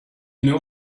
know